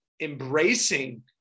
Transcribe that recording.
embracing